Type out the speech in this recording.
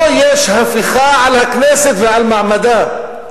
פה יש הפיכה על הכנסת ועל מעמדה.